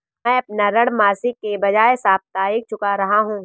मैं अपना ऋण मासिक के बजाय साप्ताहिक चुका रहा हूँ